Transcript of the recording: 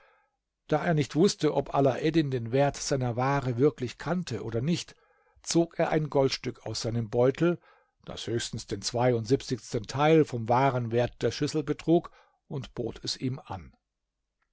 da er nicht wußte ob alaeddin den wert seiner ware wirklich kannte oder nicht zog er ein goldstück aus seinem beutel das höchstens den zweiundsiebzigsten teil vom wahren wert der schüssel betrug und bot es ihm an